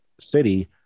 city